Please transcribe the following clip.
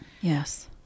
Yes